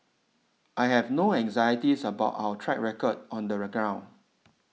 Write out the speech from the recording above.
I have no anxieties about our track record on the reground